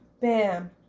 Bam